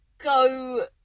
go